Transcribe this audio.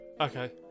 Okay